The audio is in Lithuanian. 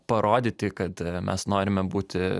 parodyti kad mes norime būti